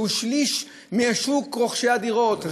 שהוא שליש משוק רוכשי הדירות,